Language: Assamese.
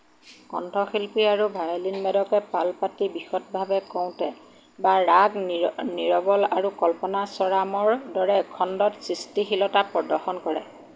কণ্ঠশিল্পী আৰু ভায়লিনবাদকে পাল পাতি বিশদভাৱে কওঁতে বা ৰাগ নি নিৰৱল আৰু কল্পনাস্বৰামৰ দৰে খণ্ডত সৃষ্টিশীলতা প্ৰদৰ্শন কৰে